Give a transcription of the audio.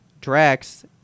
Drax